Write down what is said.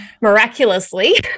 miraculously